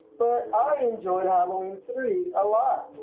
but i enjoyed halloween three a lot.